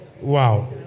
Wow